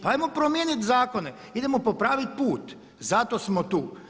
Pa ajmo promijeniti zakone, idemo popraviti put, zato smo tu.